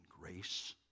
grace